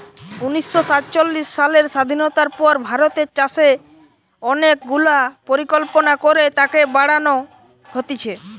উনিশ শ সাতচল্লিশ সালের স্বাধীনতার পর ভারতের চাষে অনেক গুলা পরিকল্পনা করে তাকে বাড়ান হতিছে